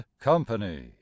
Company